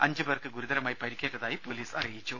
അഞ്ചു പേർക്ക് ഗുരുതരമായി പരിക്കേറ്റതായി പൊലീസ് അറിയിച്ചു